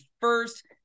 first